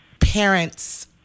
parents